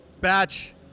Batch